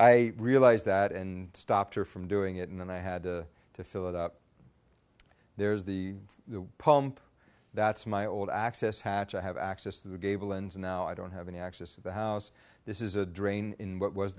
i realized that and stopped her from doing it and then i had to fill it up there's the pump that's my old access hatch i have access to the gable and now i don't have any access to the house this is a drain in what was